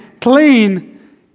clean